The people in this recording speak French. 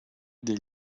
des